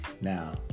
Now